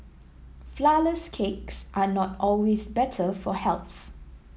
flourless cakes are not always better for health